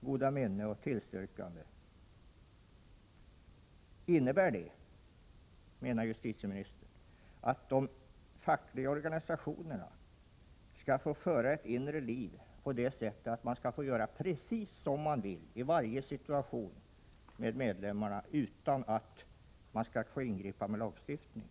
goda minne och tillstyrkande. Menar justitieministern att detta innebär att de fackliga organisationerna skall få föra ett inre liv på det sättet att de skall få göra precis som de vill med medlemmarna i varje situation utan att man skall få ingripa med lagstiftning?